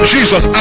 Jesus